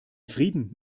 frieden